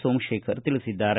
ಸೋಮಶೇಖರ ತಿಳಿಸಿದ್ದಾರೆ